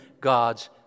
god's